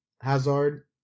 Hazard